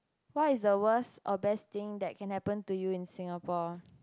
what is the worst or best thing that can happen to you in Singapore